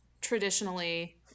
traditionally